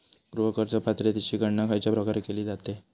गृह कर्ज पात्रतेची गणना खयच्या प्रकारे केली जाते?